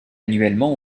annuellement